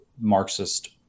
Marxist